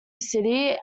city